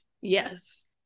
yes